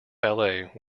ballet